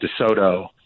DeSoto